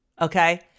Okay